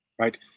right